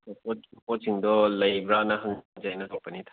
ꯄꯣꯠ ꯄꯣꯠꯁꯤꯡꯗꯣ ꯂꯩꯕ꯭ꯔꯥꯅ ꯍꯪꯖꯒꯦꯅ ꯇꯧꯔꯛꯄꯅꯤꯗ